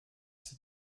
sept